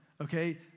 okay